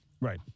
Right